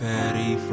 Patty